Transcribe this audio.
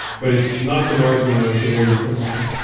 but it's not the mars we know, it's a very different mars